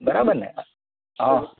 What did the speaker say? બરાબર ને હા